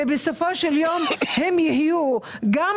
ובסופו של יום הם יהיו גם